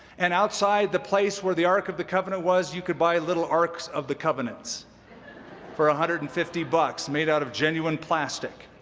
and outside the place where the ark of the covenant was you could buy little arks of the covenants for one ah hundred and fifty bucks made out of genuine plastic,